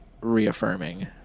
reaffirming